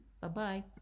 Bye-bye